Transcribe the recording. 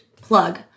plug